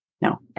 No